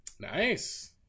Nice